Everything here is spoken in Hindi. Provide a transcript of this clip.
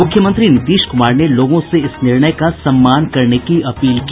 मुख्यमंत्री नीतीश कुमार ने लोगों से इस निर्णय का सम्मान करने की अपील की